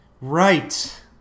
Right